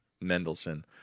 Mendelssohn